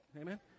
Amen